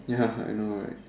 ya I know right